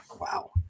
Wow